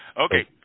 Okay